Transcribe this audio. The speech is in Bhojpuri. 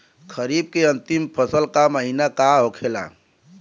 खरीफ के अंतिम फसल का महीना का होखेला?